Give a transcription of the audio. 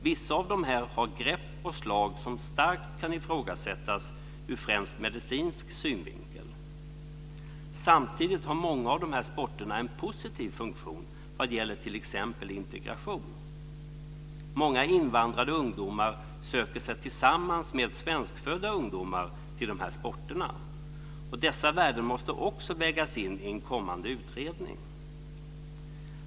Vissa av dem har grepp och slag som starkt kan ifrågasättas ur främst medicinsk synvinkel. Samtidigt har många av de här sporterna en positiv funktion vad gäller t.ex. integration. Många invandrade ungdomar söker sig tillsammans med svenskfödda ungdomar till de här sporterna. Dessa värden måste också vägas in i en kommande utredning.